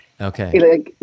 Okay